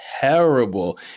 terrible